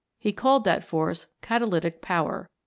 he called that force catalytic power.